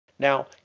Now